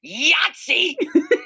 Yahtzee